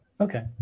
Okay